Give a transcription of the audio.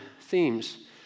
themes